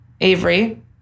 Avery